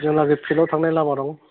जोंना बे फिल्डआव थांनाय लामा दं